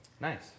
Nice